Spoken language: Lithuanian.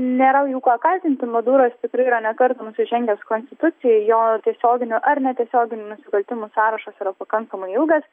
nėra jų kuo kaltinti maduras tikrai yra ne kartą nusižengęs konstitucijai jo tiesioginių ar netiesioginių nusikaltimų sąrašas yra pakankamai ilgas